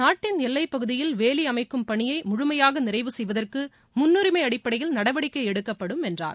நாட்டின் எல்லைப் பகுதியில் வேலி அமைக்கும் பணியை முழுமையாக நிறைவு செய்வதற்கு முன்னரிமை அடிப்படையில் நடவடிக்கை எடுக கப்படும் என்றார்